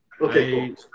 Okay